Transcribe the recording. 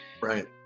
Right